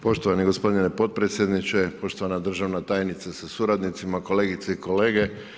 Poštovani gospodine potpredsjedniče, poštovana državna tajnice sa suradnicima, kolegice i kolege.